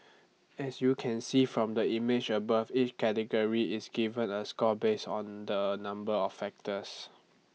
as you can see from the image above each category is given A score based the A number of factors